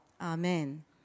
amen